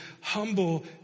Humble